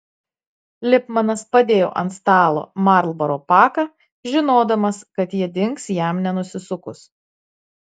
lipmanas padėjo ant stalo marlboro paką žinodamas kad jie dings jam nenusisukus